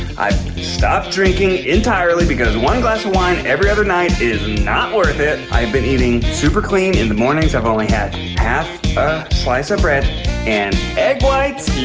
i've stopped drinking entirely because one glass of wine every other night is not worth it. i've been eating super clean in the mornings. i've only had half a slice of bread and egg whites.